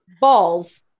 Balls